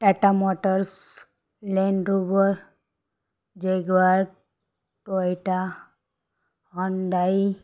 Tata Motors Land Rover jaguar Toyota Hyundai